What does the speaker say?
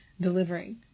delivering